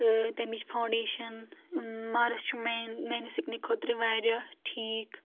تمِچ فونڈیشن مارس چھُ میانہِ سکنہِ خٲطرٕ واریاہ ٹھیٖک